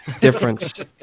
Difference